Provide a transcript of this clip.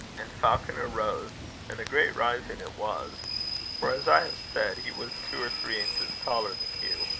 and falconer rose and a great rising it was for, as i have said, he was two or three inches taller than hugh,